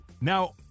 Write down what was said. Now